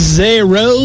zero